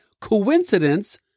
coincidence